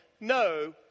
no